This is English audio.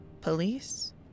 police